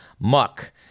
muck